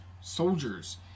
soldiers